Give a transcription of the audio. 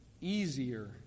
easier